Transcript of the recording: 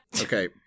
Okay